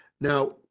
Now